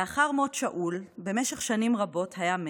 לאחר מות שאול היה במשך שנים רבות מתח,